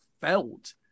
felt